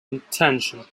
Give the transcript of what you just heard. attention